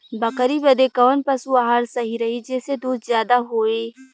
बकरी बदे कवन पशु आहार सही रही जेसे दूध ज्यादा होवे?